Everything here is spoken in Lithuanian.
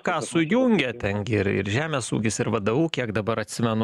ką sujungė ten gi ir ir žemės ūkis ir vdu kiek dabar atsimenu